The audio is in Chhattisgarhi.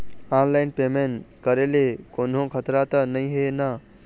ऑनलाइन पेमेंट करे ले कोन्हो खतरा त नई हे न?